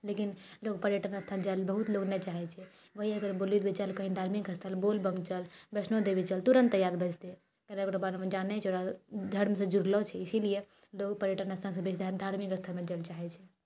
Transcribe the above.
लेकिन लोक पर्यटन स्थल जाइ लेऽ बहुत लोक नै चाहै छै वही अगर बोली देबै चल कही धार्मिक स्थल बोल बम चल वैष्णो देवी चल तुरन्त तैयार भऽ जेतै एकरा ओकरा बारेमे जानै छै धर्मसऽ जुड़लो छै इसीलिए लोक पर्यटन स्थलसे बेसी धार्मिक स्थलमे जाइ लेऽ चाहै छै